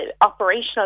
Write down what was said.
operational